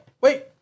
wait